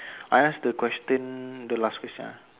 I ask the question the last question ah